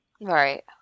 Right